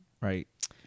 right